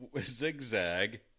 Zigzag